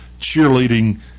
cheerleading